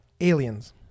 Aliens